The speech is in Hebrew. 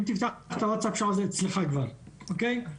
אם תפתח את הווטסאפ שם זה אצלך כבר, אוקיי?